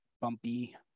bumpy